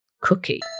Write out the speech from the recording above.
cookie